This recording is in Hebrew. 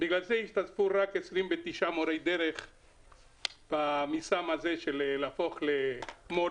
בגלל זה השתתפו רק 29 מורי דרך במיזם הזה של להפוך למורים.